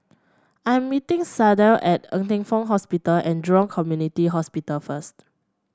I'm meeting Sydell at Ng Teng Fong Hospital and Jurong Community Hospital first